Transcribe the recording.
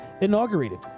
inaugurated